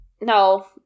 no